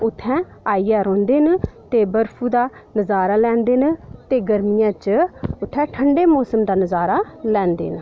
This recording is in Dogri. उत्थै आइयै रौहंदे न ते बर्फू दा नज़ारा लैंदे न ते गर्मियें च उत्थै ठंडे मौसम दा नज़ारा लैंदे न